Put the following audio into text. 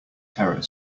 terror